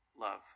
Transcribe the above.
love